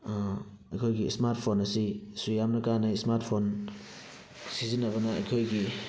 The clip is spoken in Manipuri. ꯑꯩꯈꯣꯏꯒꯤ ꯏꯁꯃꯥꯔꯠ ꯐꯣꯟ ꯑꯁꯤ ꯁꯨ ꯌꯥꯝꯅ ꯀꯥꯟꯅꯩ ꯏꯁꯃꯥꯔꯠ ꯐꯣꯟ ꯁꯤꯖꯤꯟꯅꯕꯅ ꯑꯩꯈꯣꯏꯒꯤ